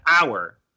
hour